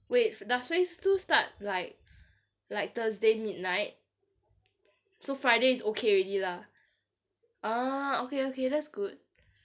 wait does phase two start like like thursday midnight so friday is okay already lah ah okay okay that's good